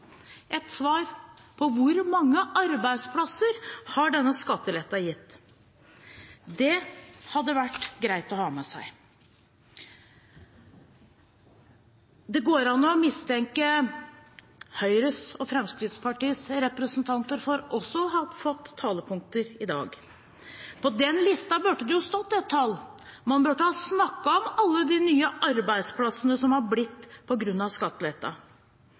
et svar på hvor mange arbeidsplasser denne skatteletten har gitt. Det hadde vært greit å ha med seg. Det går an å mistenke Høyres og Fremskrittspartiets representanter for også å ha fått talepunkter i dag. På den listen burde det stått et tall, man burde ha snakket om alle de nye arbeidsplassene som har blitt